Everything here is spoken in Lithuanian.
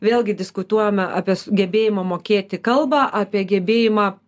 vėlgi diskutuojame apie gebėjimą mokėti kalbą apie gebėjimą